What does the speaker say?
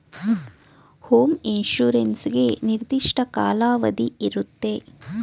home insurance ಗೆ ನಿರ್ದಿಷ್ಟ ಕಾಲಾವಧಿ ಇರುತ್ತೆ